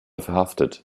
verhaftet